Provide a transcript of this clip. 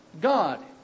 God